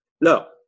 No